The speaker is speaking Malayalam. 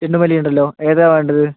ചെണ്ടുമല്ലിയുണ്ടല്ലോ ഏതാ വേണ്ടത്